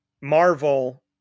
Marvel